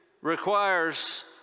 requires